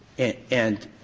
and